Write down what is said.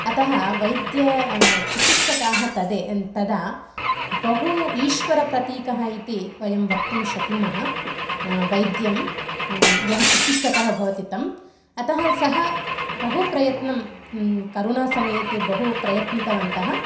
अतः वैद्याः चिकित्सकाः तदा तदा बहु ईश्वरप्रतीकः इति वयं वक्तुं शक्नुमः वैद्यं यः चिकित्सकः भवति तम् अतः सः बहु प्रयत्नं करोनासमये ते बहु प्रयत्नितवन्तः